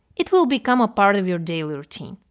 it will become a part of your daily routine.